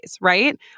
right